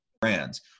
brands